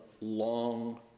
long